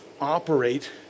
operate